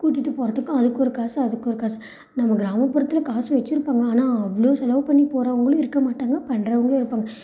கூட்டிகிட்டு போகிறதுக்கும் அதுக்கு ஒரு காசு அதுக்கு ஒரு காசு நம்ம கிராமப்புறத்தில் காசு வெச்சுருப்பாங்க ஆனால் அவ்வளோ செலவு பண்ணி போகிறவுங்களும் இருக்க மாட்டாங்க பண்ணுறவுங்களும் இருப்பாங்க